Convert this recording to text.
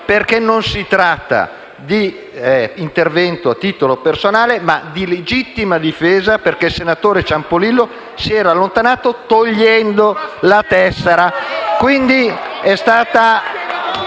non di un intervento a titolo personale, ma di legittima difesa, perché il senatore Ciampolillo si era allontanato togliendo la tessera. *(Applausi dal